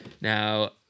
Now